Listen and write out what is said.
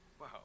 Wow